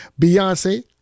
Beyonce